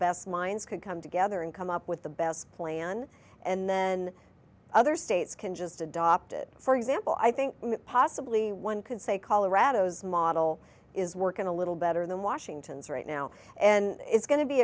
best minds could come together and come up with the best plan and then other states can just adopted for example i think possibly one can say colorado's model is working a little better than washington's right now and it's go